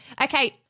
Okay